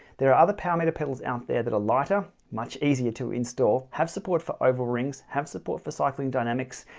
there are other power meter pedals out there that are lighter, much easier to install, have support for oval rings, have support for cycling dynamics,